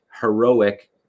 heroic